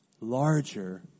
larger